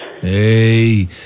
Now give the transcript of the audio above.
Hey